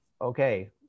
okay